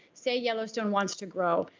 say yellowstone wants to grow.